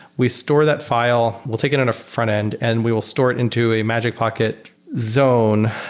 we store that file. we'll take it on a frontend and we will store it into a magic pocket zone.